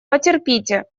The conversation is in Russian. потерпите